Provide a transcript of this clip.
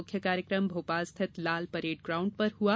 मुख्य कार्यक्रम भोपाल स्थित लाल परेड़ ग्राउण्ड में हुआ